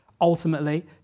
Ultimately